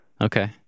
Okay